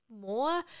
more